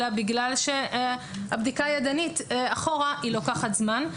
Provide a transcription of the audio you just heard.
אלא בגלל שהבדיקה הידנית אחורה לוקחת זמן.